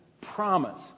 promise